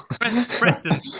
Preston